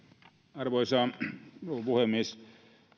arvoisa rouva puhemies